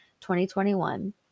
2021